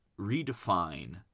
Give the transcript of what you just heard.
redefine